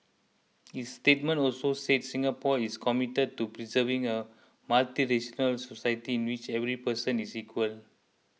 its statement also said Singapore is committed to preserving a multiracial society in which every person is equal